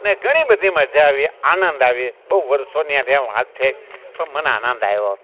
અને ઘણી બધી મજા આવી આનંદ આવી બહુ વર્ષોની આ જેમ વાત છે પણ મને આનંદ આવ્યો